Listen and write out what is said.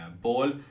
ball